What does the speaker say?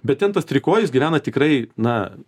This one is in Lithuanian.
bet ten tas trikojis gyvena tikrai na